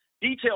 Details